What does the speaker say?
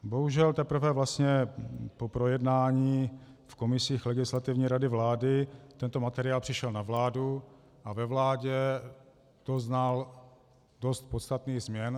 Bohužel teprve vlastně po projednání v komisích Legislativní rady vlády tento materiál přišel na vládu a ve vládě doznal dost podstatných změn.